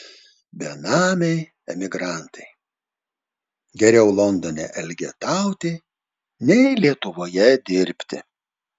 benamiai emigrantai geriau londone elgetauti nei lietuvoje dirbti